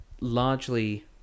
largely